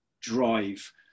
drive